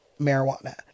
marijuana